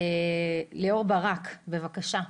ליאור ברק, בבקשה.